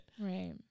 Right